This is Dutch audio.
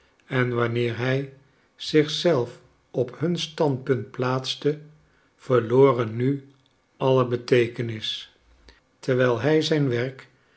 en wanneer hij zich zelf op hun standpunt plaatste verloren nu alle beteekenis terwijl hij zijn werk